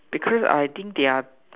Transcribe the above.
because I think they are